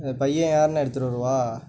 பையன் யாருண்ணே எடுத்துகிட்டு வருவா